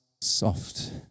soft